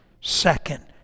second